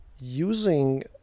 using